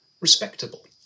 respectable